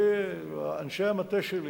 אני והמטה שלי